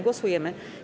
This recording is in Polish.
Głosujemy.